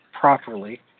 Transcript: properly